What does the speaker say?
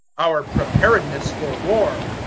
our preparedness for war.